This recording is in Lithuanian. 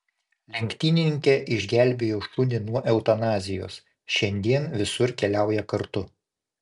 lenktynininkė išgelbėjo šunį nuo eutanazijos šiandien visur keliauja kartu